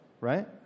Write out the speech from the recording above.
right